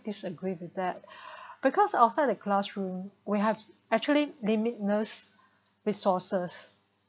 disagree with that because outside the classroom we have actually limited resources